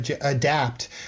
adapt